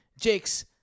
Jake's